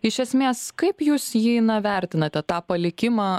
iš esmės kaip jūs jį na vertinate tą palikimą